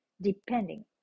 depending